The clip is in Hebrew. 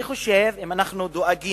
אני חושב, אם אנחנו דואגים